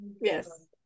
Yes